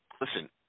Listen